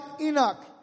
Enoch